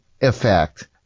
effect